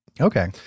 Okay